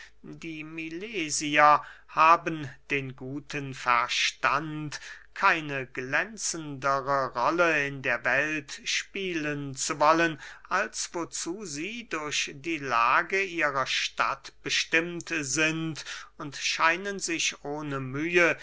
die milesier haben den guten verstand keine glänzendere rolle in der welt spielen zu wollen als wozu sie durch die lage ihrer stadt bestimmt sind und scheinen sich ohne mühe